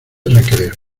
recrees